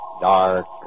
Dark